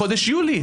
בחודש יולי,